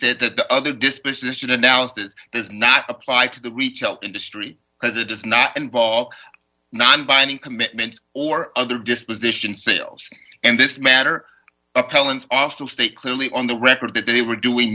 said that the other disposition announced it does not apply to the retail industry because it does not involve non binding commitments or other disposition sales in this matter appellants also state clearly on the record that they were doing